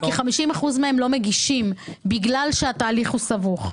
כי 50% מהם לא מגישים בגלל שהתהליך הוא סבוך.